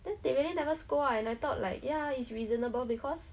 then so after her lesson she really